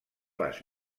les